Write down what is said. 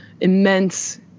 immense